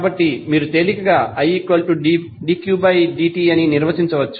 కాబట్టి మీరు తేలికగా Idqdt అని నిర్వచించవచ్చు